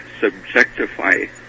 subjectify